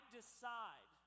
decide